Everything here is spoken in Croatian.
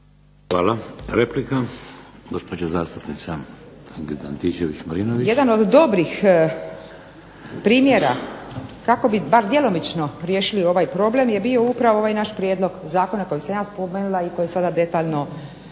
**Antičević Marinović, Ingrid (SDP)** Jedan od dobrih primjera kako bi bar djelomično riješili ovaj problem je bio upravo ovaj naš prijedlog zakona koji sam ja spomenula i koji sada detaljno